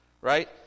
right